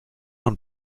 und